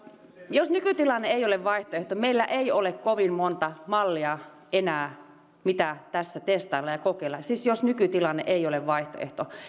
jos nykytilanne ei ole vaihtoehto meillä ei ole kovin monta mallia enää mitä tässä testaillaan ja kokeillaan siis jos nykytilanne ei ole vaihtoehto